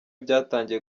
byatangiye